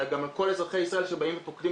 אלא גם על כל אזרחי ישראל שבאים ופוקדים